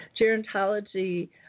gerontology